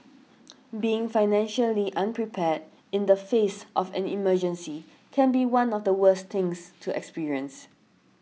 being financially unprepared in the face of an emergency can be one of the worst things to experience